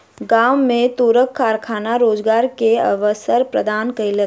गाम में तूरक कारखाना रोजगार के अवसर प्रदान केलक